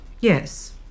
Yes